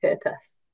purpose